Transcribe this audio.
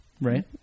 Right